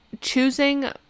choosing